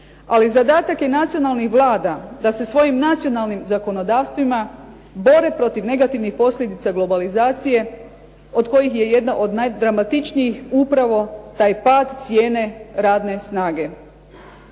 ali zadatak je nacionalnih vlada da se svojim nacionalnim zakonodavstvima bore protiv negativnih posljedica globalizacije od kojih je jedna od najdramatičnijih upravo taj pad cijene radne snage.